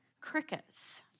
Crickets